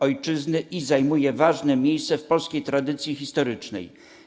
Ojczyzny i zajmuje ważne miejsce w polskiej tradycji historycznej.